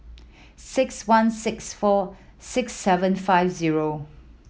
six one six four six seven five zero